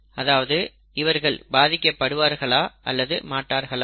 அதாவது இவர்கள் பாதிக்கப்படுவார்களா அல்லது மாட்டார்களா